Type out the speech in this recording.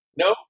No